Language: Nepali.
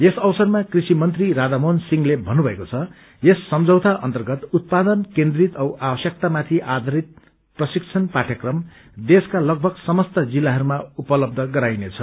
यस अवसरमा कृषि मन्त्री राधामोहन सिंहले भन्नुभएको छ यस सम्मौता अन्तर्गत उत्पादन केन्द्रित औ आवश्यकतामाथि आधारित प्रशिक्षण पाठ्ययक्रम देशका लगभग समस्त जिल्लाहरूमा उपलब्ध गराइनेछ